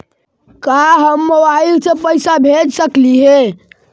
का हम मोबाईल से पैसा भेज सकली हे?